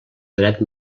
dret